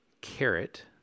carrot